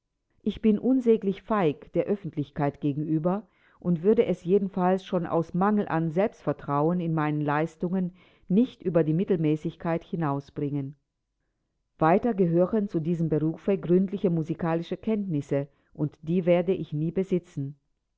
ich bin unsäglich feig der oeffentlichkeit gegenüber und würde es jedenfalls schon aus mangel an selbstvertrauen in meinen leistungen nicht über die mittelmäßigkeit hinausbringen weiter gehören zu diesem berufe gründliche musikalische kenntnisse und die werde ich nie besitzen